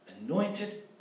Anointed